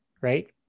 right